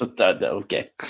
Okay